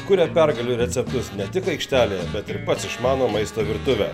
kuria pergalių receptus ne tik aikštelėje bet ir pats išmano maisto virtuvę